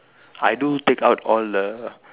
I do take out all the